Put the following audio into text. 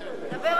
חבר הכנסת